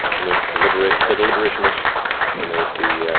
then there's the deliberation the deliberation disc, then there's the